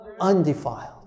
undefiled